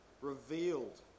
revealed